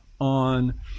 on